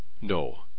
No